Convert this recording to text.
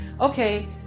Okay